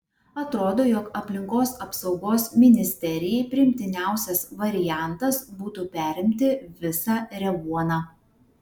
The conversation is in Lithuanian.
atrodo jog aplinkos apsaugos ministerijai priimtiniausias variantas būtų perimti visą revuoną